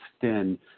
thin